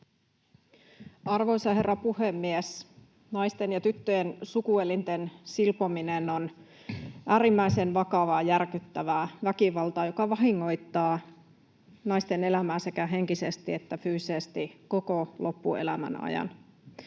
Arvoisa herra puhemies! Naisten ja tyttöjen sukuelinten silpominen on äärimmäisen vakavaa ja järkyttävää väkivaltaa, joka vahingoittaa naisten elämää sekä henkisesti että fyysisesti koko loppuelämän ajan.